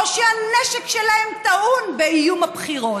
או שהנשק שלהם טעון באיום בבחירות.